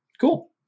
Cool